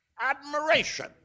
admiration